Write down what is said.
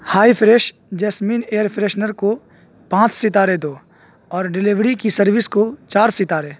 high fresh jasmine air freshener کو پانچ ستارے دو اور ڈیلیوری کی سروس کو چار ستارے